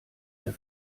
der